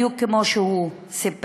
בדיוק כמו שהוא סיפר.